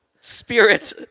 Spirit